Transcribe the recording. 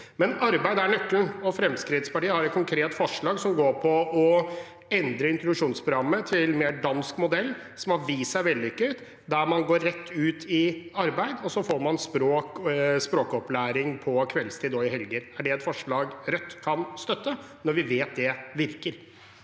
Men arbeid er nøkkelen, og Fremskrittspartiet har et konkret forslag som går på å endre introduksjonsprogrammet til en mer dansk modell, som har vist seg vellykket, der man går rett ut i arbeid, og så får man språkopplæring på kveldstid og i helger. Er det et forslag Rødt kan støtte, når vi vet det virker?